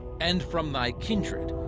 and from thy kindred,